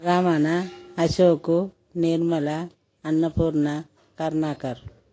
Ramana Ashok Nirmala Annapurna Karunakar